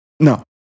No